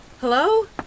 Hello